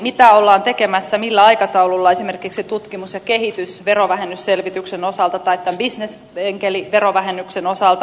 mitä ollaan tekemässä millä aikataululla esimerkiksi tutkimus ja kehitysverovähennysselvityksen osalta tai bisnesenkeliverovähennyksen osalta